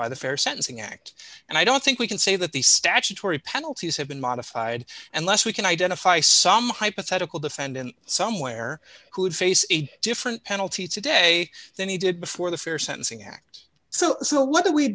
by the fair sentencing act and i don't think we can say that the statutory penalties have been modified unless we can identify some hypothetical defendant somewhere who face a different penalty today than he did before the fair sentencing act so so what do we